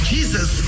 Jesus